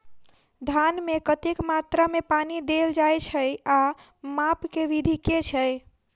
धान मे कतेक मात्रा मे पानि देल जाएँ छैय आ माप केँ विधि केँ छैय?